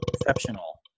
Exceptional